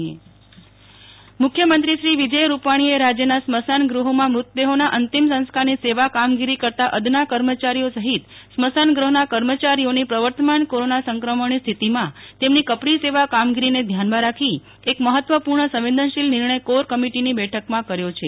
નેહલ ઠકકર સ્મશાન ગહ કર્મચારી માટ નિર્ણય મુખ્યમંત્રીશ્રી વિજય રૂપાણીએ રાજ્યના સ્મશાનગૃહોમાં મૃતદેહોના અંતિમ સંસ્કારની સેવા કામગીરી કરતાં અદના કર્મચારીઓ સહિત સ્મશાનગૃહના કર્મચારીઓની પ્રવર્તમાન કોરોના સંક્રમણની સ્થિતિમાં તેમની કપરી સેવા કામગીરીને ધ્યાનમાં રાખી એક મહત્વપૂર્ણ સંવેદનશીલ નિર્ણય કોર કમિટીની બેઠકમાં કર્યો છે